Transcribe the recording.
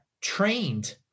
trained